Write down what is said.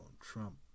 Trump